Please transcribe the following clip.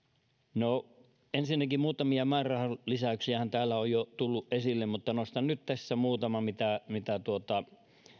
ensinnäkin muutamia määrärahalisäyksiähän täällä on jo tullut esille mutta nostan nyt tässä muutaman mitä määrärahalisäyksiä